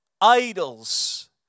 idols